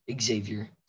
Xavier